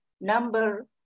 number